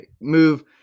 Move